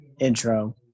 intro